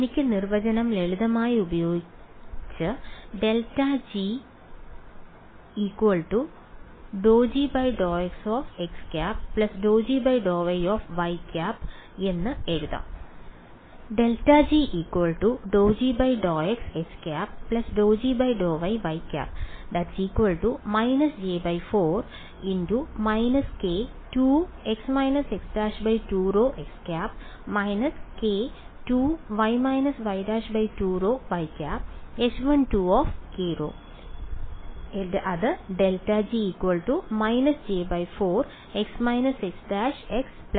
എനിക്ക് നിർവചനം ലളിതമായി ഉപയോഗിച്ച് ചെയ്യാം